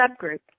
subgroup